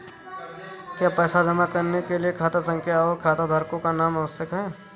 क्या पैसा जमा करने के लिए खाता संख्या और खाताधारकों का नाम आवश्यक है?